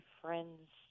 friend's